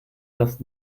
das